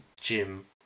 gym